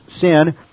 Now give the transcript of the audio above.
Sin